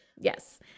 yes